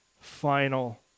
final